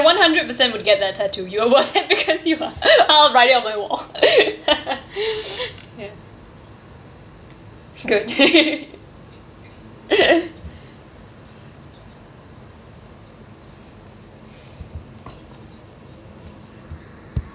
one hundred percent would get that tattoo you're worth it because you are I'll write it on my wall ya good